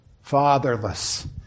fatherless